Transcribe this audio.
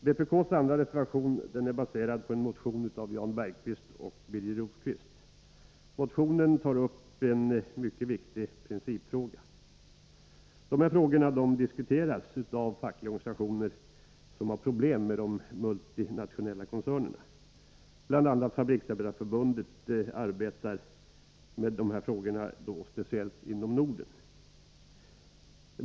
Vpk:s andra reservation är baserad på en motion av Jan Bergqvist och Birger Rosqvist. Motionärerna tar upp en mycket viktig principfråga. De här frågorna diskuteras av fackliga organisationer som har problem med de multinationella koncernerna. Bl. a. Fabriksarbetareförbundet arbetar med de här frågorna, speciellt inom Norden.